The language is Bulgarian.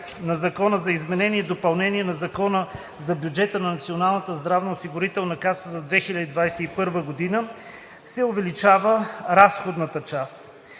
на Закон за изменение и допълнение на Закона за бюджета на Националната здравноосигурителна каса за 2021 г. се увеличава разходната част.